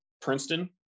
Princeton